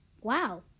wow